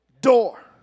door